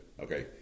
Okay